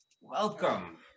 Welcome